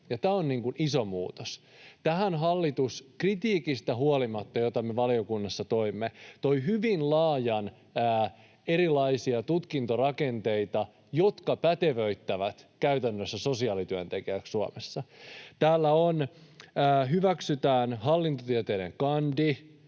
tämä on iso muutos. Tähän hallitus — huolimatta siitä kritiikistä, jota me valiokunnassa toimme — toi hyvin laajasti erilaisia tutkintorakenteita, jotka pätevöittävät käytännössä sosiaalityöntekijäksi Suomessa. Täällä hyväksytään hallintotieteiden kandi,